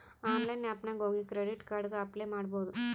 online app ನಾಗ್ ಹೋಗಿ credit card ಗ ಅಪ್ಲೈ ಮಾಡ್ಬೋದು